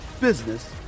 business